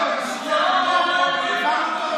זה נגד ערבים.